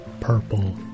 purple